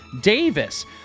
Davis